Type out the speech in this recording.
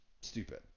Stupid